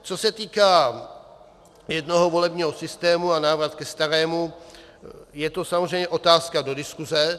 Co se týká jednoho volebního systému a návrat ke starému, je to samozřejmě otázka do diskuse.